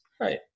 Right